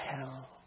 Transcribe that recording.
hell